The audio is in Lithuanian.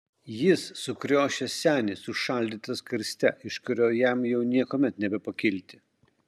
jis sukriošęs senis užšaldytas karste iš kurio jam jau niekuomet nebepakilti